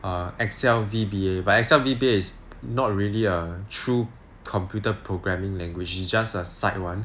err excel V_B_A but excel V_B_A is not really a true computer programming language is just a side [one]